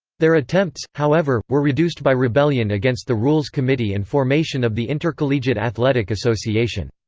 their attempts, however, were reduced by rebellion against the rules committee and formation of the intercollegiate athletic association.